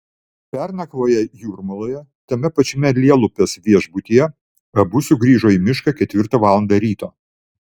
pernakvoję jūrmaloje tame pačiame lielupės viešbutyje abu sugrįžo į mišką ketvirtą valandą ryto